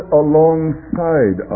alongside